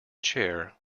chair